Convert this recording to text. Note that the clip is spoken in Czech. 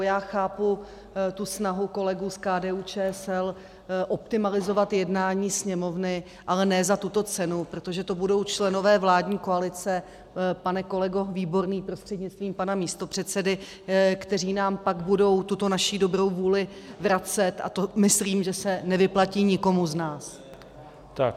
Já chápu tu snahu kolegů z KDUČSL optimalizovat jednání Sněmovny, ale ne za tuto cenu, protože to budou členové vládní koalice pane kolego Výborný prostřednictvím pana místopředsedy kteří nám pak budou tuto naší dobrou vůli vracet, a to myslím, že se nevyplatí nikomu z nás.